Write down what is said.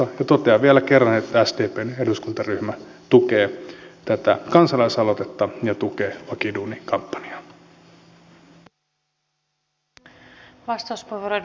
ja totean vielä kerran että sdpn eduskuntaryhmä tukee tätä kansalaisaloitetta ja tukee vakiduuni kampanjaa